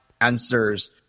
answers